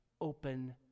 open